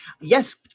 Yes